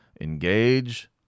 engage